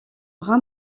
brun